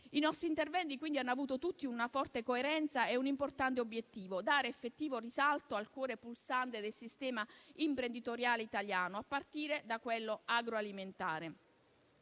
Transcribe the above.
I nostri interventi, quindi, hanno avuto tutti una forte coerenza e un importante obiettivo: dare effettivo risalto al cuore pulsante del sistema imprenditoriale italiano, a partire da quello agroalimentare.